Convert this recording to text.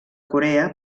corea